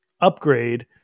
upgrade